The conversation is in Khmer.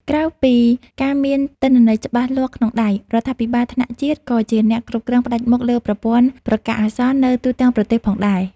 ក្រៅពីការមានទិន្នន័យច្បាស់លាស់ក្នុងដៃ រដ្ឋាភិបាលថ្នាក់ជាតិក៏ជាអ្នកគ្រប់គ្រងផ្ដាច់មុខលើប្រព័ន្ធប្រកាសអាសន្ននៅទូទាំងប្រទេសផងដែរ។